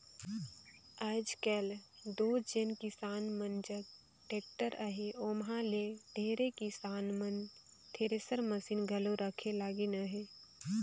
आएज काएल दो जेन किसान मन जग टेक्टर अहे ओमहा ले ढेरे किसान मन थेरेसर मसीन घलो रखे लगिन अहे